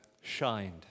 shined